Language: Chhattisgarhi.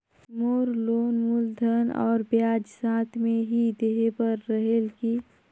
मोर लोन मूलधन और ब्याज साथ मे ही देहे बार रेहेल की?